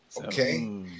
Okay